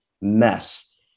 mess